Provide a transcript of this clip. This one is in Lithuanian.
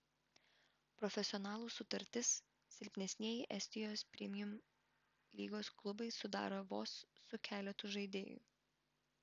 profesionalų sutartis silpnesnieji estijos premium lygos klubai sudaro vos su keletu žaidėjų